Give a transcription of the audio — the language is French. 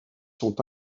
sont